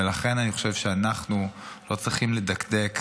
ולכן, אני חושב שאנחנו לא צריכים לדקדק